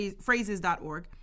phrases.org